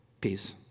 Peace